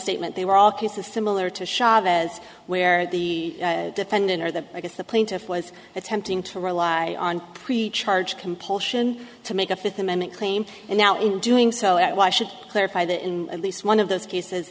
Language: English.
statement they were all cases similar to chavez where the defendant or the i guess the plaintiff was attempting to rely on pre charge compulsion to make a fifth amendment claim and now in doing so it why should clarify that in the least one of those cases